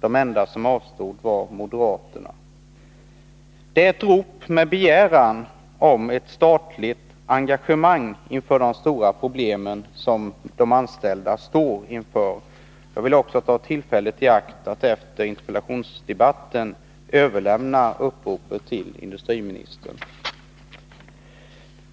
De enda som avstod var moderaterna. Det är ett rop med begäran om ett statligt engagemang inför de stora problem som de anställda står inför. Jag vill också ta tillfället i akt att efter interpellationsdebatten överlämna uppropet till industriministern.